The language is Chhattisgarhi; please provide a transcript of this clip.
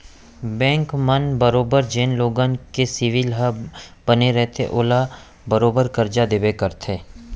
बेंक मन बरोबर जेन लोगन के सिविल ह बने रइथे ओला बरोबर करजा देबे करथे